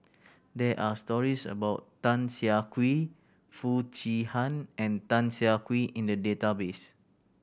there are stories about Tan Siah Kwee Foo Chee Han and Tan Siah Kwee in the database